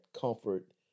comfort